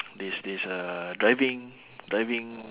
this this uh driving driving